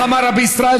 איך אמר רבי ישראל,